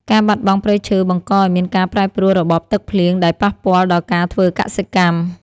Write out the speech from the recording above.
ការបាត់បង់ព្រៃឈើបង្កឱ្យមានការប្រែប្រួលរបបទឹកភ្លៀងដែលប៉ះពាល់ដល់ការធ្វើកសិកម្ម។